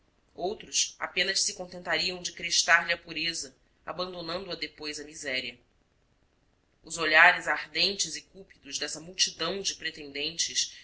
outros apenas se contentariam de crestar lhe a pureza abandonando a depois à miséria os olhares ardentes e cúpidos dessa multidão de pretendentes